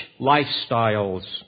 lifestyles